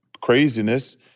craziness